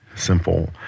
Simple